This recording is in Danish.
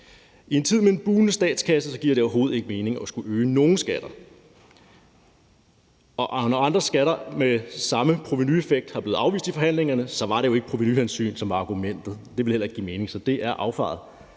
I en tid med en bugnende statskasse giver det overhovedet ikke mening at skulle øge nogen skatter, og når andre skatter med samme provenueffekt er blevet afvist i forhandlingerne, var det jo ikke provenuhensyn, som var argumentet. Det ville heller ikke give mening, så det er affejet.